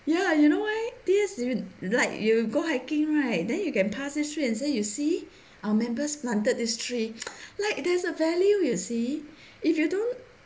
ya you know why this like you go hiking right then you get pass this tree and say you see our members planted this tree like there's a value you see if you don't